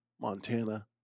Montana